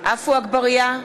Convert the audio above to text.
עפו אגבאריה,